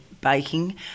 baking